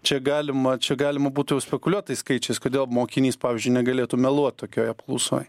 čia galima čia galima būtų spekuliuot tais skaičiais kodėl mokinys pavyzdžiui negalėtų meluot tokioj apklausoj